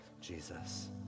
Jesus